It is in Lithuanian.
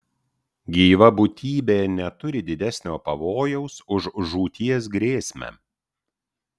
gyva būtybė neturi didesnio pavojaus už žūties grėsmę